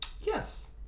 Yes